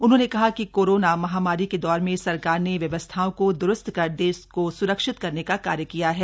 उन्होंने कहा कि कोरोना महामारी के दौर में सरकार ने व्यवस्थाओं को द्रुस्त कर देश को स्रक्षित करने का कार्य किया है